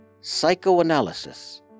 psychoanalysis